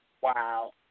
Wow